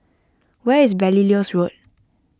where is Belilios Road